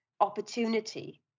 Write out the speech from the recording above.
opportunity